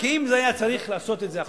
כי אם היה צריך לעשות את זה עכשיו,